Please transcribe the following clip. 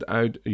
uit